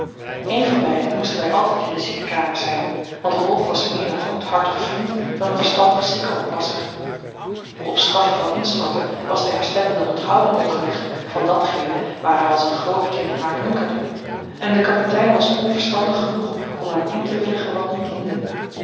een van beiden moesten wij altijd in de ziekenkamer zijn want rolf was meer een goedhartig vriend dan een verstandig ziekenoppasser op straffe van instorten was den herstellende onthouding opgelegd van datgene waar hij als een groot kind naar hunkerde en de kapitein was onverstandig genoeg om hem in te willigen wat niet diende